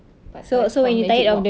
pad thai from magic wok